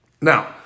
Now